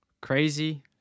Crazy